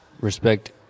Respect